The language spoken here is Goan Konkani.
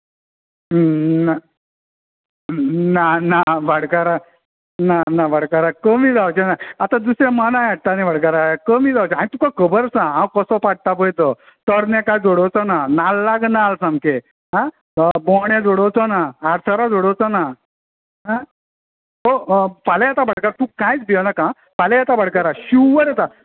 ना ना भाटकारा ना ना भाटकारा कमी जावचे ना आतां दुसरे मानाय हाडटा न्हय भाटकारा कमी जावचे ना आनी तुका खबर आसा हांव कसो पाडटा पळय तो तोरणे कांय जोडोवचो ना नाल्लाक नाल्ल सामके बोंडे जोडोवचो ना आडसरां जोडोवचो ना फाल्यां येता भाटकारा तूं कांयच भियोंव नाका फाल्यां येता भाटकारा शुअर येतां